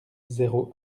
zéro